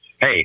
Hey